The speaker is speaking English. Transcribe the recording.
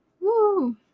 Woo